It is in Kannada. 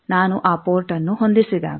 ನಾನು ಆ ಪೋರ್ಟ್ನ್ನು ಹೊಂದಿಸಿದಾಗ